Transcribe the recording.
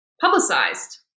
publicized